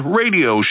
radio